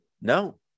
No